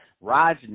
Raj